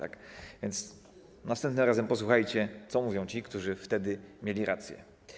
A więc następnym razem posłuchajcie, co mówią ci, którzy wtedy mieli rację.